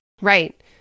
Right